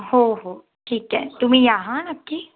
हो हो ठीक आहे तुम्ही या हं नक्की